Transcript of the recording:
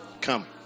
Come